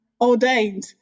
ordained